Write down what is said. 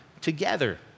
together